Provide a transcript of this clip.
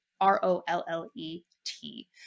R-O-L-L-E-T